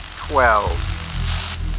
twelve